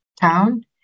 town